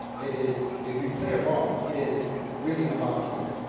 it is, if you play it wrong, it is really a mob scene.